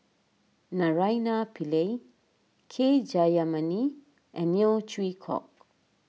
Naraina Pillai K Jayamani and Neo Chwee Kok